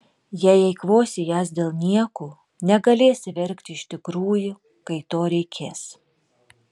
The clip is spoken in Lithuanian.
jei eikvosi jas dėl niekų negalėsi verkti iš tikrųjų kai to reikės